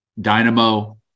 Dynamo